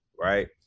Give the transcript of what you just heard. right